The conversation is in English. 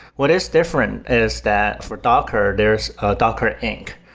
what is different is that for docker, there's docker inc,